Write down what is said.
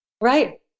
Right